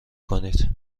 کنید